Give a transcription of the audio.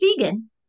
vegan